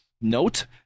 note